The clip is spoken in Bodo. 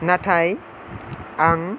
नाथाय आं